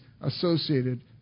associated